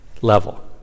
level